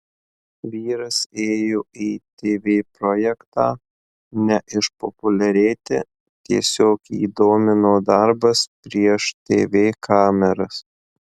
vyras ėjo į tv projektą ne išpopuliarėti tiesiog jį domino darbas prieš tv kameras